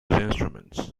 instruments